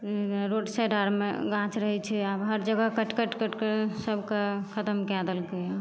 ओहिमे road side आरमे गाछ रहै छै आब हर जगह काटि काटि काटि काटि सबके खत्म कऽ देलकैया